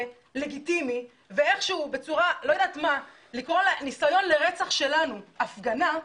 "לגיטימי" ולקרוא לניסיון הרצח שלנו "הפגנה".